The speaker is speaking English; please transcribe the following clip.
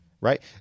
right